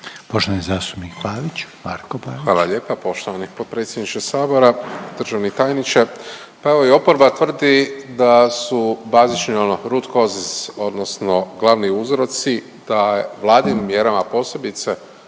Marko Pavić. **Pavić, Marko (HDZ)** Hvala lijepa poštovani potpredsjedniče Sabora, državni tajniče. Pa evo i oporba tvrdi da su bazični, ono, root causes, odnosno glavni uzroci, da je Vladinim mjerama, posebice